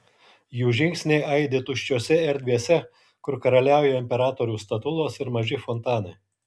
jų žingsniai aidi tuščiose erdvėse kur karaliauja imperatorių statulos ir maži fontanai